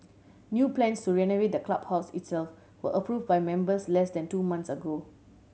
new plans to renovate the clubhouse itself were approve by members less than two months ago